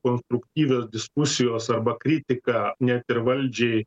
konstruktyvios diskusijos arba kritika net ir valdžiai